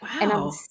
Wow